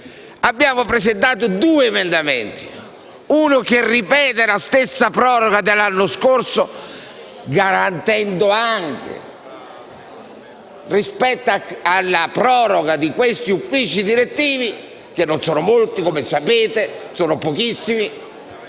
abbiamo presentato due emendamenti: uno ripete la stessa proroga dell'anno scorso, risolvendo anche, rispetto alla proroga degli uffici direttivi (sono non molti, come sapete, ma pochissimi,